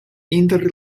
inter